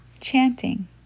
chanting